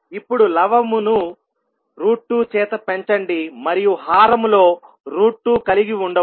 ఇప్పుడు లవము ను 2 చేత పెంచండి మరియు హారం లో 2 కలిగి ఉండవచ్చు